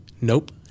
Nope